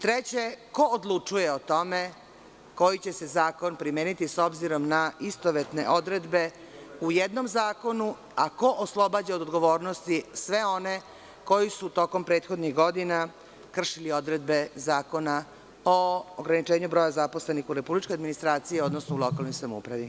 Treće, ko odlučuje o tome koji će se zakon primeniti, s obzirom na istovetne odredbe u jednom zakonu, a ko oslobađa od odgovornosti sve one koji su tokom prethodnih godina kršili odredbe Zakona o ograničenju broja zaposlenih u republičkoj administraciji, odnosno lokalnoj samoupravu.